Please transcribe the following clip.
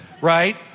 Right